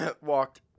Walked